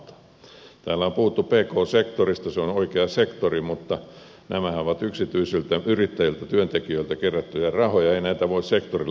täällä on puhuttu pk sektorista se on oikea sektori mutta nämähän ovat yksityisiltä yrittäjiltä työntekijöiltä kerättyjä rahoja ei näitä voi sektorille palauttaa